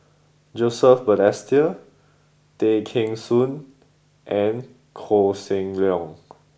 Joseph Balestier Tay Kheng Soon and Koh Seng Leong